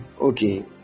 okay